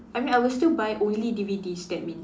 I mean I will still buy only D_V_Ds that means